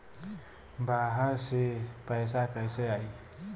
बाहर से पैसा कैसे आई?